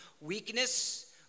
weakness